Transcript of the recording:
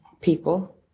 people